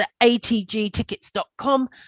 atgtickets.com